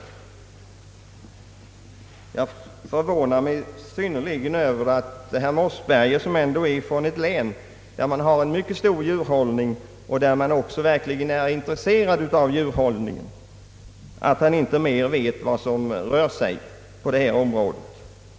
Jag förvånar mig synnerligen över att herr Mossberger, som ändå är från ett län där man har en mycket stor djurhållning, och där man verkligen är intresserad av densamma inte vet vad som rör sig på detta område.